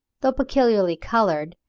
though peculiarly coloured,